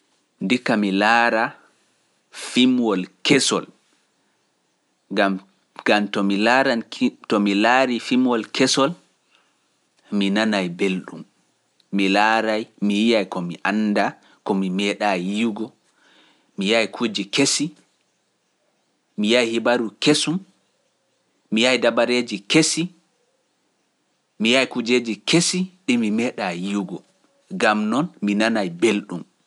Ndikka mi laaraa fimwol kesol, ngam to mi laarii fimwol kesol, mi nanay belɗum, mi laaray, mi yi'ay ko mi annda, ko mi meeɗaay yiwgo, mi yay kuujje kesi, mi yay hibaru kesum, mi yay dabareeji kesi, mi yay kuujeeji kesi ɗi mi meeɗa yiwgo, gam noon mi nana belɗum.